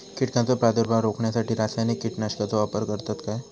कीटकांचो प्रादुर्भाव रोखण्यासाठी रासायनिक कीटकनाशकाचो वापर करतत काय?